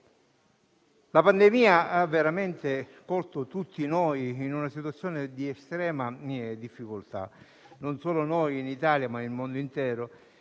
la pandemia ha veramente posto tutti noi in una situazione di estrema difficoltà, non solo in Italia, ma nel mondo intero.